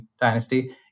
dynasty